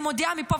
אני מודיעה מפה,